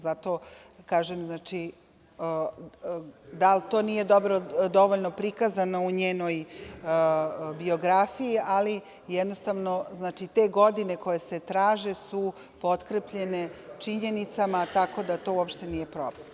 Zato kažem da li to nije dovoljno prikazano u njenoj biografiji, ali jednostavno te godine koje se traže su potkrepljene činjenicama, tako da to uopšte nije problem.